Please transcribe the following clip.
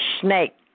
snake